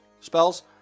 spells